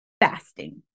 fasting